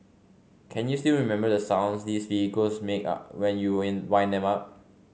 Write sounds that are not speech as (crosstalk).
can you still remember the sounds these vehicles make (unintelligible) when you win wind them up